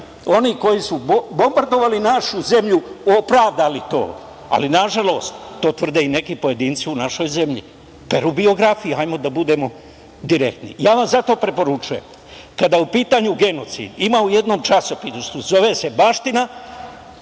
oni koji su bombardovali našu zemlju opravdali to. Nažalost, to tvrde i neki pojedinci u našoj zemlji, peru biografije. Hajde da budemo direktni. Ja vam zato preporučujem, kada je u pitanju genocid, ima u jednom časopisu zove se „Baština“,